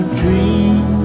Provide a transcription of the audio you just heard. dream